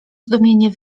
zdumienie